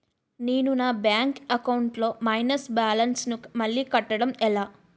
నేను నా bank account లొ మైనస్ బాలన్స్ ను మళ్ళీ కట్టడం ఎలా?